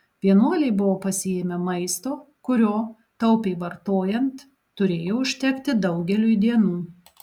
vienuoliai buvo pasiėmę maisto kurio taupiai vartojant turėjo užtekti daugeliui dienų